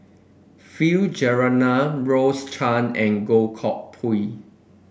Philip Jeyaretnam Rose Chan and Goh Koh Pui